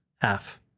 half